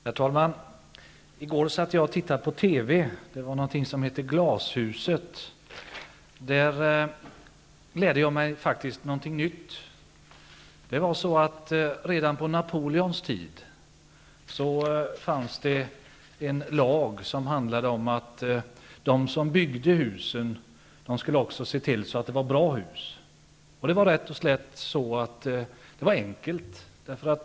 Herr talman! I går satt jag och tittade på TV. Det var någonting som hette Glashuset. Där lärde jag mig faktiskt något nytt. Redan på Napoleons tid fanns det en lag som handlade om att de som byggde husen också skulle se till att det var bra hus. Det var rätt och slätt så enkelt.